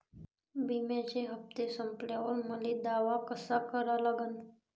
बिम्याचे हप्ते संपल्यावर मले दावा कसा करा लागन?